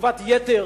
לתגובת יתר